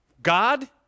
God